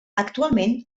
actualment